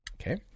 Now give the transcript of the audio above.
Okay